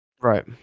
Right